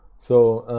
so